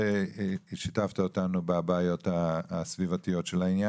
ששיתפת אותנו בבעיות הסביבתיות של העניין.